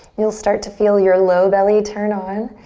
you'll start to feel your low belly turn on.